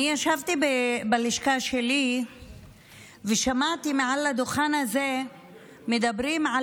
אני ישבתי בלשכה שלי ושמעתי מעל הדוכן הזה שמדברים על